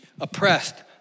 oppressed